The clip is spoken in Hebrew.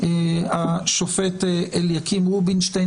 השופט אליקים רובינשטיין.